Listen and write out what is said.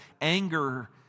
anger